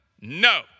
No